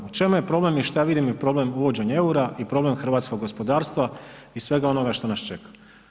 U čemu je problem i šta ja vidim je problem uvođenja eura i problem hrvatskog gospodarstva i svega onoga što nas čeka?